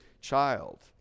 child